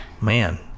man